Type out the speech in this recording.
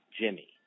Jimmy